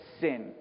sin